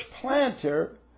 planter